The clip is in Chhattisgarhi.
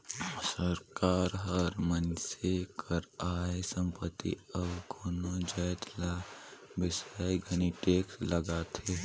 सरकार हर मइनसे कर आय, संपत्ति अउ कोनो जाएत ल बेसाए घनी टेक्स लगाथे